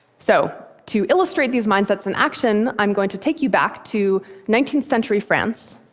so to illustrate these mindsets in action, i'm going to take you back to nineteenth century france,